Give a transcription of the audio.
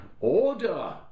order